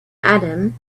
adam